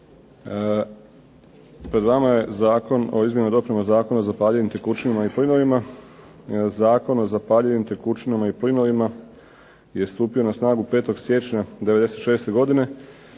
Pred vama je Zakon o izmjenama i dopunama Zakona o zapaljivim tekućinama i plinovima. Zakon o zapaljivim tekućinama i plinovima je stupio na snagu 5. siječnja 96. godine.